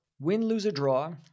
Win-lose-a-draw